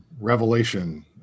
revelation